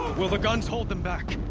will the guns hold them back?